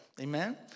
amen